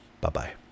Bye-bye